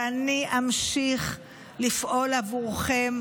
ואני אמשיך לפעול עבורכם,